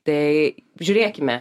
tai žiūrėkime